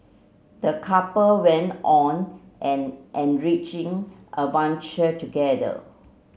the couple went on an enriching adventure together